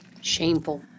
Shameful